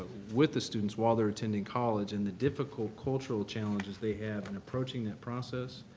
with the students while they're attending college and the difficult cultural challenges they have in approaching that process.